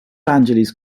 angeles